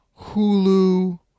Hulu